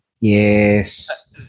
Yes